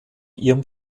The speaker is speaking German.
ihrem